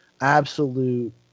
absolute